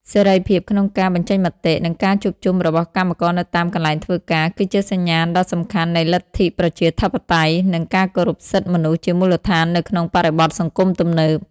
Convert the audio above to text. សេរីភាពក្នុងការបញ្ចេញមតិ និងការជួបជុំរបស់កម្មករនៅតាមកន្លែងធ្វើការ គឺជាសញ្ញាណដ៏សំខាន់នៃលទ្ធិប្រជាធិបតេយ្យ និងការគោរពសិទ្ធិមនុស្សជាមូលដ្ឋាននៅក្នុងបរិបទសង្គមទំនើប។